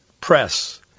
press